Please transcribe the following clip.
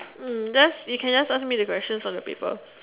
mm just you can just ask me the questions on the paper